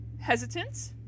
hesitant